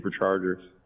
superchargers